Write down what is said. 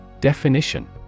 Definition